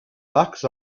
bucks